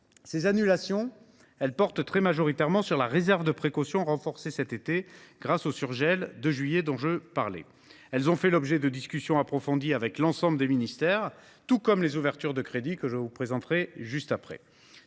Ces annulations portent très majoritairement sur la réserve de précaution, renforcée cet été grâce au surgel de juillet que je viens d’évoquer. Elles ont fait l’objet de discussions approfondies avec l’ensemble des ministères, tout comme les ouvertures de crédits que je vous présenterai dans